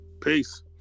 Peace